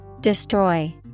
Destroy